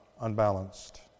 unbalanced